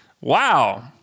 Wow